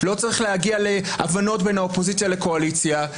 לא צריך להגיע להבנות בין האופוזיציה לקואליציה,